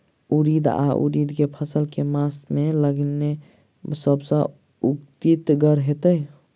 उड़ीद वा उड़द केँ फसल केँ मास मे लगेनाय सब सऽ उकीतगर हेतै?